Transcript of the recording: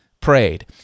prayed